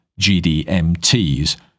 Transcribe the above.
GDMTs